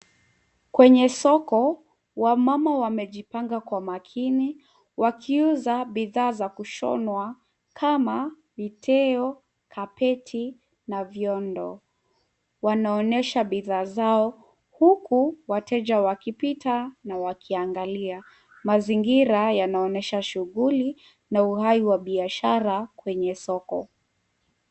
Kwenye soko wamama wamejipanga kwa makini wakiuza bidhaa za kushonwa kama viteo, kapeti na viondoo. Wanaonesha bidhaa zao huku wateja wakipita na wakiangalia. Mazingira yanaonyesha shughuli na uhai wa biashara kwenye soko.